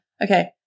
okay